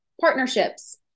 partnerships